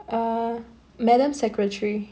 err madam secretary